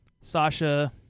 Sasha